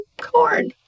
corn